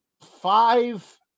five